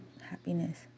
happiness